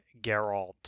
Geralt